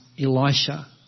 Elisha